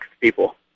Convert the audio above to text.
people